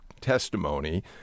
testimony